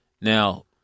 Now